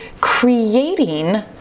creating